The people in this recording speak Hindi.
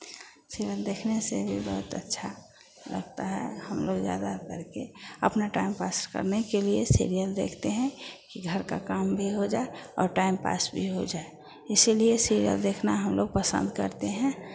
सीरियल देखने से भी बहुत अच्छा लगता है हम लोग ज़्यादा करके अपना टाइम पास करने के लिए सीरियल देखते हैं कि घर का काम भी हो जाए और टाइम पास भी हो जाए इसीलिए सीरियल देखना हम लोग पसंद करते हैं